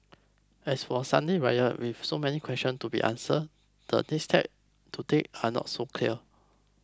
as for Sunday's riot with so many questions to be answered the next steps to take are not so clear